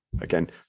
Again